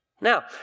Now